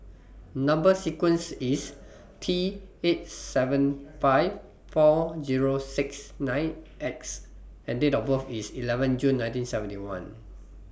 Number sequence IS T eight seven five four Zero six nine X and Date of birth IS eleven June nineteen seventy one